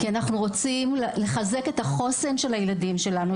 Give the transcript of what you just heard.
כי אנחנו רוצים לחזק את החוסן של הילדים שלנו,